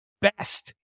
best